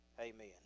Amen